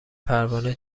پروانه